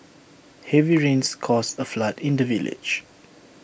heavy rains caused A flood in the village